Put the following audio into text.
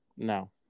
No